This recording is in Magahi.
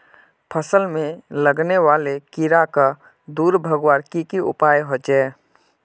फसल में लगने वाले कीड़ा क दूर भगवार की की उपाय होचे?